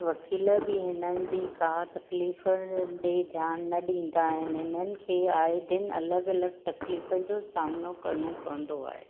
वकील बि हिननि जी का तकलीफ़ुनि ॾिए ध्यान न ॾींदा आहिनि हिननि खे आहे दिन अलॻि अलॻि तकलीफ़ुनि जो सामिनो करिनो पवंदो आहे